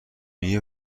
بینی